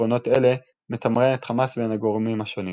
עקרונות אלה, מתמרנת חמאס בין הגורמים השונים.